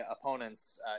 opponents